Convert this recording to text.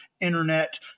internet